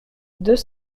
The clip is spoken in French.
deux